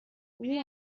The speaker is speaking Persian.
میدونی